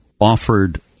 offered